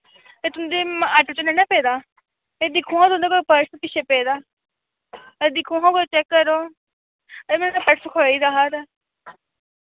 ते तुं'दे आटो च निं ना पेदा एह् दिक्खो हां तुं'दे कोल पर्स पिच्छे पेदा ते दिक्खो हां कोई चेक करो हां एह् मेरा पर्स खोई गेदा हा ते